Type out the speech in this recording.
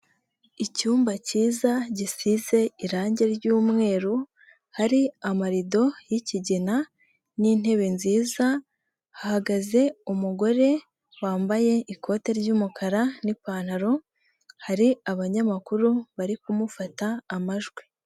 Icyumba cyiza gisize irangi ry'umweru, hari amarido y'ikigina n'intebe nziza, hagaze umugore wambaye ikote ry'umukara n'ipantaro, hari abanyamakuru bari kumufata amajwi.